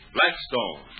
Blackstone